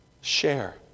Share